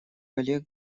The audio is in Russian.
коллег